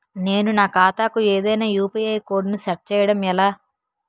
నేను నా ఖాతా కు ఏదైనా యు.పి.ఐ కోడ్ ను సెట్ చేయడం ఎలా?